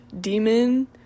demon